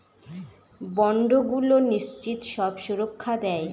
বন্ডগুলো নিশ্চিত সব সুরক্ষা দেয়